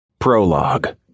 Prologue